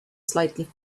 slightly